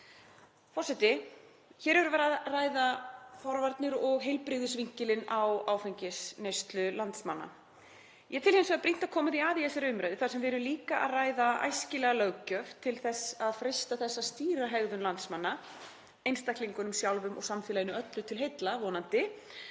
Forseti. Hér erum við að ræða forvarnir og heilbrigðisvinkilinn á áfengisneyslu landsmanna. Ég tel hins vegar brýnt að koma því að í þessari umræðu þar sem við erum líka að ræða æskilega löggjöf til þess að freista þess að stýra hegðun landsmanna, einstaklingunum sjálfum og samfélaginu öllu til heilla vonandi,